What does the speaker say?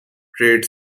trade